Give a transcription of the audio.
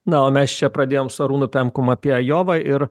na o mes čia pradėjom su arūnu pemkum apie ajovą ir